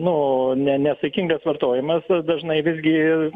nu ne nesaikingas vartojimas dažnai visgi